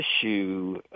issue